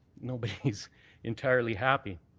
nobody's entirely happy.